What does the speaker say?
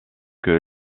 que